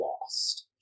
lost